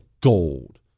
gold